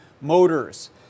motors